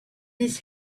his